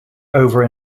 over